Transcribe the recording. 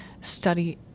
study